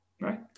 Right